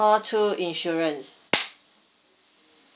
call two insurance